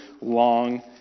long